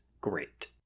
great